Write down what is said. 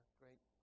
great